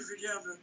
together